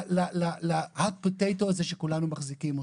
ל-hot potato הזה שכולנו מחזיקים אותו.